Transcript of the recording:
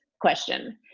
question